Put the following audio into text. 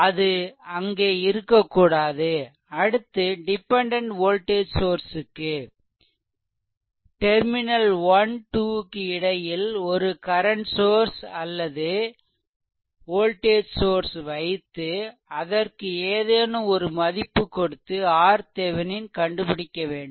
அது அங்கே இருக்கக்கூடாது அடுத்து டிபெண்டென்ட் வோல்டேஜ் சோர்ஸ்க்கு டெர்மினல் 12 க்கு இடையில் ஒரு கரன்ட் சோர்ஸ் அல்லது வோல்டேஜ் சோர்ஸ் வைத்து அதற்கு ஏதேனும் ஒரு மதிப்பு கொடுத்து RThevenin கண்டுபிடிக்க வேண்டும்